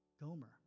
Gomer